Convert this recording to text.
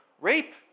rape